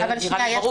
זה נראה לי ברור.